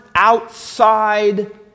outside